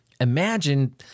Imagine